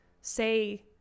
say